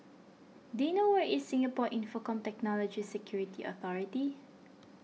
do you know where is Singapore Infocomm Technology Security Authority